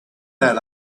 that